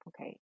Okay